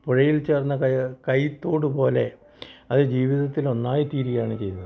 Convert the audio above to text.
പുഴയിൽ ചേർന്ന കയ്യിത്തോടു പോലെ അത് ജീവിതത്തിൽ ഒന്നായി തീരുകയാണ് ചെയ്തത്